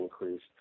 increased